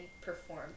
perform